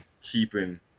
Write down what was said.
keeping